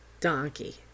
donkey